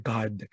God